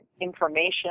information